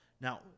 Now